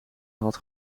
had